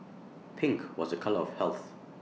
pink was A colour of health